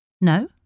No